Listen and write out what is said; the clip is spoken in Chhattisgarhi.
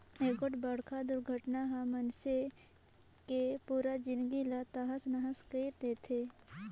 एगोठ बड़खा दुरघटना हर मइनसे के पुरा जिनगी ला तहस नहस कइर देथे